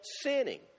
sinning